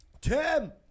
Tim